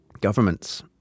governments